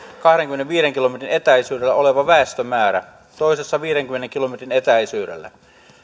kahdenkymmenenviiden kilometrin etäisyydellä oleva väestömäärä toisessa viidenkymmenen kilometrin etäisyydellä